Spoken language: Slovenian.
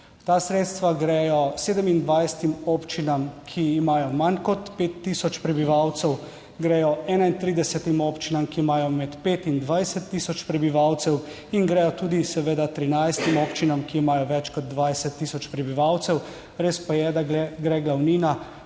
Ta sredstva gredo 27 občinam, ki imajo manj kot 5 tisoč prebivalcev, gredo 31 občinam, ki imajo med 5 in 20 tisoč prebivalcev in gredo tudi seveda 13 občinam, ki imajo več kot 20 tisoč prebivalcev. Res pa je, da gre glavnina